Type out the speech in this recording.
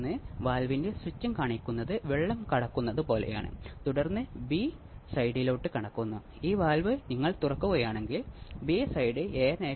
എന്നാൽ നമ്മൾ ഇവിടെ പഠിക്കുന്നത് ഓപ്ആംപ് ഉപയോഗിച്ചുള്ള ആംപ്ലിഫൈർ ആണ്